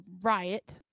riot